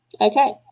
Okay